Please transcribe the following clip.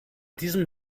diesem